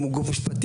אם הוא גוף משפטי.